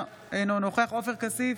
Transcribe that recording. אינו נוכח עופר כסיף,